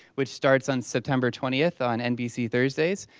which starts on september twenty on nbc thursdays.